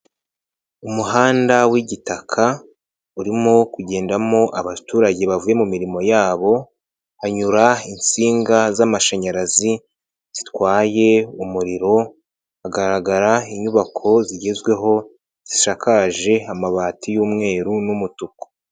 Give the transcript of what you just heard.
Umuhanda wiigitaka urimo kugendamo abaturage bavuye mu mirimo yabo, hanyura insinga z'amashanyarazi zitwaye umuriro, hagaragara inyubako zigezweho zisakaje amabati y'umweru n'umutuku.